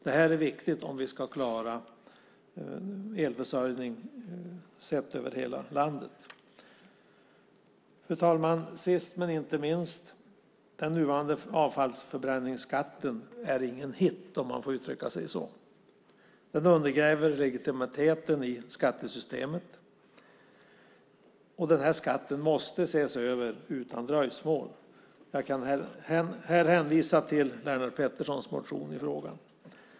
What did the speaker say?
Detta är viktigt om vi ska klara elförsörjningen över hela landet. Fru talman! Sist men inte minst är den nuvarande avfallsförbränningsskatten ingen hit, om man får uttrycka sig så. Den undergräver legitimiteten i skattesystemet och måste ses över utan dröjsmål. Jag hänvisar till Lennart Petterssons motion i frågan.